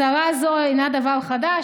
הצהרה זו אינה דבר חדש,